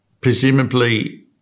presumably